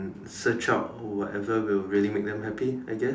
search out whatever will really make them happy I guess